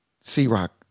C-Rock